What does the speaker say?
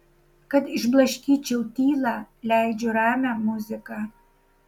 kad išblaškyčiau tylą leidžiu ramią muziką